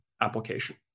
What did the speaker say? application